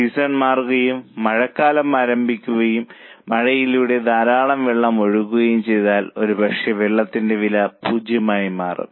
season മാറുകയും മഴക്കാലം ആരംഭിക്കുകയും മഴയിലൂടെ ധാരാളം വെള്ളം ഒഴുകുകയും ചെയ്താൽ ഒരുപക്ഷേ വെള്ളത്തിന്റെ വില 0 ആയി മാറും